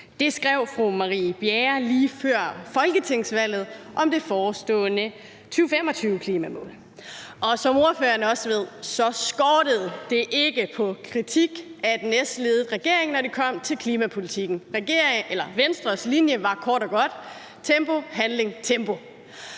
Det skrev fru Marie Bjerre lige før folketingsvalget om det forestående 2025-klimamål, og som ordføreren også ved, skortede det ikke på kritik af den S-ledede regering, når det kom til klimapolitikken. Venstres linje var kort og godt: tempo, handling, tempo.